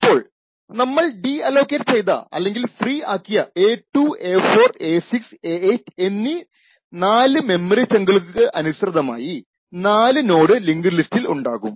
അപ്പോൾ നമ്മൾ ഡിഅലൊക്കേറ്റ് ചെയ്ത അല്ലെങ്കിൽ ഫ്രീ ആക്കിയ a2 a4 a6 a8 എന്നീ 4 മെമ്മറി ചങ്കുകൾക്ക് അനുസൃതമായി 4 നോഡ്സ് ലിങ്ക്ഡ് ലിസ്റ്റിൽ ഉണ്ടാകും